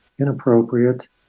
inappropriate